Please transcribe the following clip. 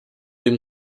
him